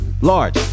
large